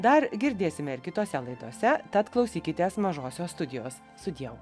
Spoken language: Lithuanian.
dar girdėsime ir kitose laidose tad klausykitės mažosios studijos sudieu